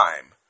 time